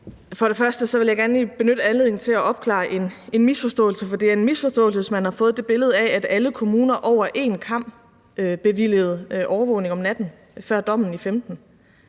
For det første vil jeg gerne lige benytte anledningen til at opklare en misforståelse. For det er en misforståelse, hvis man har fået et billede af, at alle kommuner over en kam bevilgede overvågning om natten før dommen i 2015.